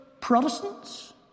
Protestants